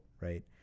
Right